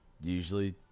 usually